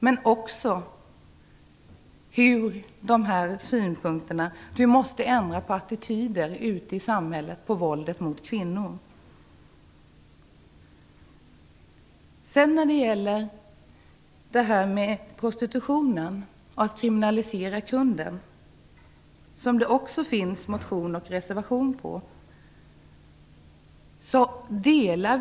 Vi måste också ändra på attityder till våldet mot kvinnor ute i samhället. Det finns också motioner och en reservation som rör prostitution och frågan om man skall kriminalisera kunden.